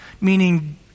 meaning